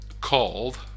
called